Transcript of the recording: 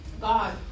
God